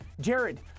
Jared